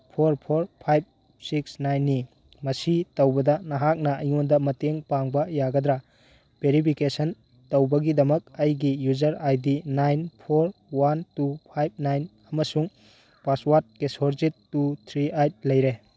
four four five six ꯅꯥꯏꯟꯅꯤ ꯃꯁꯤ ꯇꯧꯕꯗ ꯅꯍꯥꯛꯅ ꯑꯩꯉꯣꯟꯗ ꯃꯇꯦꯡ ꯄꯥꯡꯕ ꯌꯥꯒꯗ꯭ꯔ ꯕꯦꯔꯤꯐꯤꯀꯦꯁꯟ ꯇꯧꯕꯒꯤꯗꯃꯛ ꯑꯩꯒꯤ user I D nine four one two five nine ꯑꯃꯁꯨꯡ ꯄꯥꯁꯋꯥꯔꯠ ꯀꯦꯁꯣꯔꯖꯤꯠ ꯇꯨ ꯊ꯭ꯔꯤ ꯑꯥꯏꯠ ꯂꯩꯔꯦ